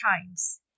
times